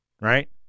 right